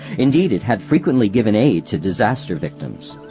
indeed, it had frequently given aid to disaster victims.